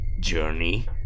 journey